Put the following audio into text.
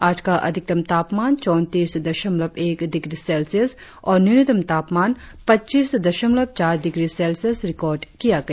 आज का अधिकतम तापमान चौंतीस दशमलव एक डिग्री सेल्सियस और न्यूनतम तापमान पच्चीस डिग्री चार दशमलव सेल्सियस रिकार्ड किया गया